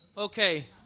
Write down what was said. Okay